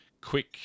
quick